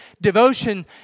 devotion